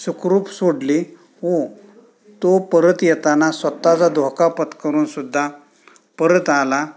सुखरूप सोडली हो तो परत येताना स्वतःचा धोका पत्करून सुद्धा परत आला